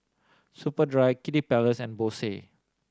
Superdry Kiddy Palace and Bose